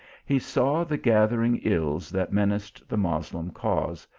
he saw the gathering ills that menaced the moslem cause,